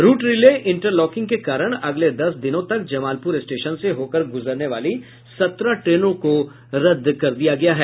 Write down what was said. root relay interlocking के कारण अगले दस दिनों तक जमालपुर स्टेशन से होकर गुजरने वाली सत्रह ट्रेनों को रद्द कर दिया गया है